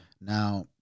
now